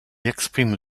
exprime